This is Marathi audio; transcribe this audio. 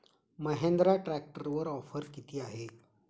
महिंद्रा ट्रॅक्टरवर ऑफर किती आहे?